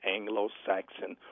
Anglo-Saxon